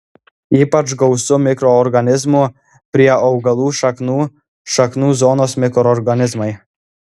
ypač gausu mikroorganizmų prie augalų šaknų šaknų zonos mikroorganizmai